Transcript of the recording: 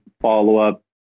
follow-up